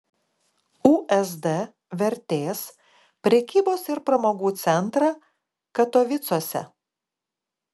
usd vertės prekybos ir pramogų centrą katovicuose